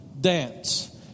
dance